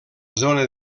zona